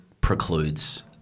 precludes